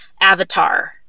Avatar